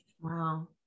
Wow